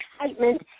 excitement